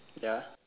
ya